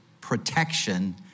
protection